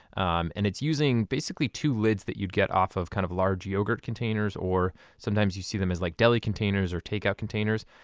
um and it's using basically two lids that you get off of kind of large yogurt containers or sometimes you see them as like deli containers or take-out containers.